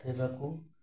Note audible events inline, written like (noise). (unintelligible)